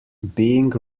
being